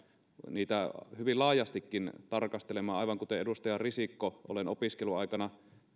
hyvin laajastikin tarkastelemaan aivan kuten edustaja risikko olen opiskeluaikana